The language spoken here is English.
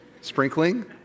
sprinkling